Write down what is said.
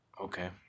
Okay